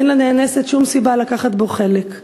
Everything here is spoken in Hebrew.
ואין לנאנסת שום סיבה לקחת בה חלק.